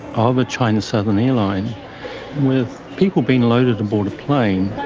um of a china southern airline with people being loaded aboard a plane.